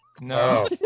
No